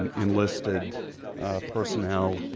and enlisted personnel,